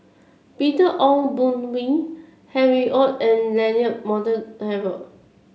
Peter Ong Boon Kwee Harry Ord and Leonard Montague Harrod